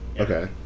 Okay